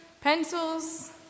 pencils